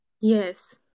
yes